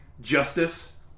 justice